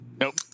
Nope